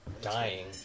dying